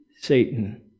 Satan